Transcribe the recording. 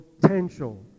potential